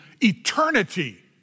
eternity